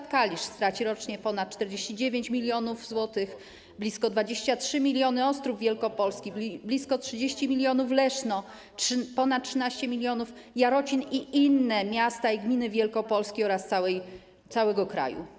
Np. Kalisz straci rocznie ponad 49 mln zł, blisko 23 mln - Ostrów Wielkopolski, blisko 30 mln - Leszno, a ponad 13 mln - Jarocin i inne miasta i gminy Wielkopolski oraz całego kraju.